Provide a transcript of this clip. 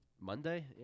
Monday